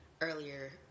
earlier